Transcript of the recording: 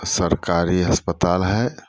सरकारी अस्पताल हइ